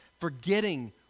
Forgetting